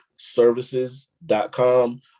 services.com